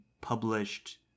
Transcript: published